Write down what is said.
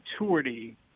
maturity